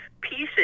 pieces